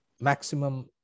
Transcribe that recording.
maximum